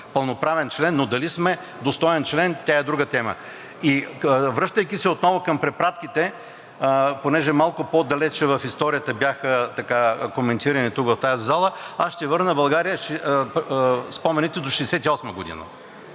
пълноправен член. Но дали сме достоен член, тя е друга тема. Връщайки се отново към препратките, понеже малко по-далече в историята бяха коментирани тук, в тази зала, аз ще върна спомените до 1968 г.